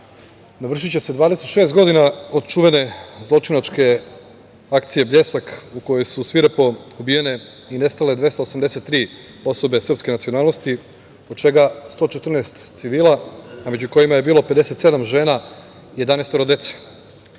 navršiće se 26 godina od čuvene zločinačke akcije „Bljesak“ u kojoj su svirepo ubijene i nestale 283 osobe srpske nacionalnosti, od čega 114 civila, a među kojima je bilo 57 žena i 11